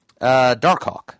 Darkhawk